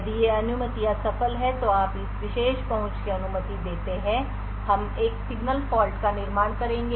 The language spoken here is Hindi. यदि ये अनुमतियाँ सफल हैं तो आप इस विशेष पहुंच की अनुमति देते हैं हम एक सिग्नल फ़ॉल्ट का निर्माण करेंगे